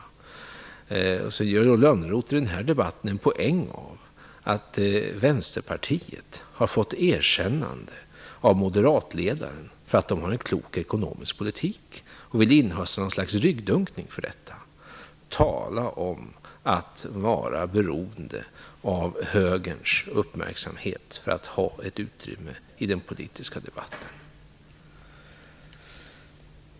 I den här debatten gör Johan Lönnroth i stället en poäng av att Vänsterpartiet har fått erkännande av moderatledaren för att det har en klok ekonomisk politik och vill inhösta något slags ryggdunkning för detta. Tala om att vara beroende av högerns uppmärksamhet för att ha ett utrymme i den politiska debatten!